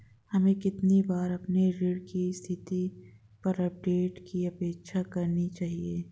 हमें कितनी बार अपने ऋण की स्थिति पर अपडेट की अपेक्षा करनी चाहिए?